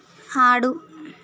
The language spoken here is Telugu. ఆడు